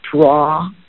draw